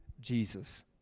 Jesus